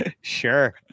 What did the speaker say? Sure